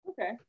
Okay